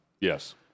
Yes